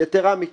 יתירה מכך,